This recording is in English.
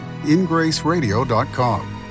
ingraceradio.com